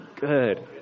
good